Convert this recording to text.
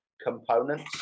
components